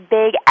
big